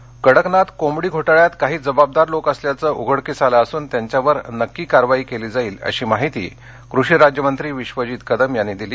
घोटाळा सांगली कडकनाथ कोंबडी घोटाळ्यात काही जबाबदार लोक असल्याच उघडकीस आल असून त्यांच्यावर नक्की कारवाई होईल अशी माहिती कृषि राज्यमंत्री विश्वजित कदम यांनी दिली